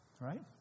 right